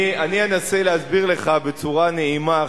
אני אנסה להסביר לך בצורה נעימה,